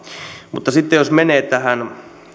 mutta sitten jos menee tähän